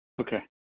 Okay